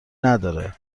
نداره